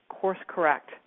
course-correct